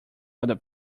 other